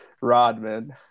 Rodman